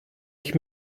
ich